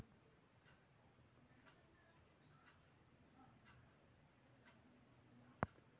ಹೂಡಿಕೆ ನಿಧೀ ಒಂದು ಕಂಪ್ನಿಗೆ ಸೀಮಿತ ಅಲ್ಲ ಕಾಮನ್ ಆಗಿ ದೊಡ್ ದೊಡ್ ಕಂಪನಿಗುಳು ಕೂಡಿಕೆಂಡ್ ಬಂದು ಹೂಡಿಕೆ ಮಾಡ್ತಾರ